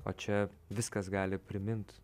o čia viskas gali primint